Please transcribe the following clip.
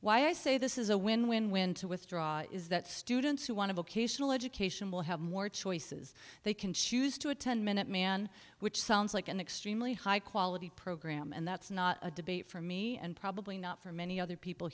why i say this is a win win win to withdraw is that students who want to occasional education will have more choices they can choose to attend minuteman which sounds like an extremely high quality program and that's not a debate for me and probably not for many other people